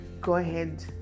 go-ahead